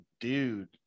dude